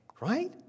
right